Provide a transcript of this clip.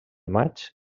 maig